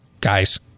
guys